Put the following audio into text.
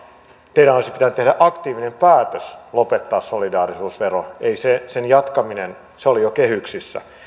teidän olisi pitänyt tehdä aktiivinen päätös lopettaa solidaarisuusvero ei sen jatkamisesta se oli jo kehyksissä